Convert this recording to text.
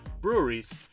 breweries